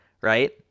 Right